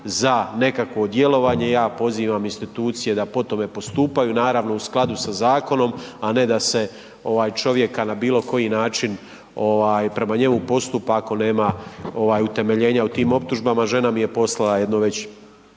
za nekakvo djelovanje, ja pozivam institucije da po tome postupaju, naravno u skladu sa zakonom, a ne da se ovaj čovjeka na bilo koji način prema njemu postupa ako nema utemeljenja u tim optužbama. Žena mi je poslala jedno već